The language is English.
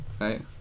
right